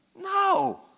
No